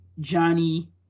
Johnny